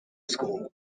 school